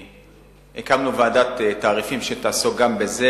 הקמנו ועדת תעריפים, שתעסוק גם בזה